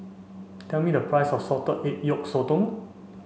tell me the price of Salted Egg Yolk Sotong